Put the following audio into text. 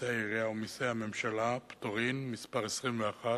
מסי העירייה ומסי הממשלה (פטורין) (מס' 21),